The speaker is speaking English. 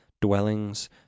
dwellings